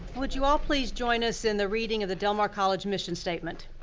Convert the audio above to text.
would you all please join us in the reading of the del mar college mission statement?